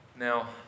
Now